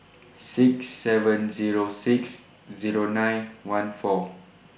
six seven Zero six Zero nine one four